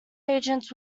agents